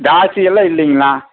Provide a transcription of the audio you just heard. ஜாஸ்தி எல்லாம் இல்லைங்கண்ணா